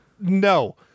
no